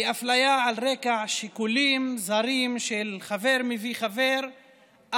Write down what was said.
על אפליה על רקע שיקולים זרים של חבר מביא חבר,